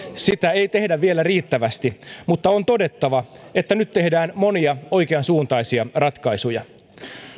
sitä ei tehdä vielä riittävästi mutta on todettava että nyt tehdään monia oikeansuuntaisia ratkaisuja